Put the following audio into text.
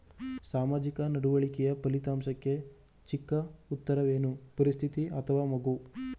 ಸಾಮಾಜಿಕ ನಡವಳಿಕೆಯ ಫಲಿತಾಂಶಕ್ಕೆ ಚಿಕ್ಕ ಉತ್ತರವೇನು? ಪರಿಸ್ಥಿತಿ ಅಥವಾ ಮಗು?